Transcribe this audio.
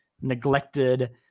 neglected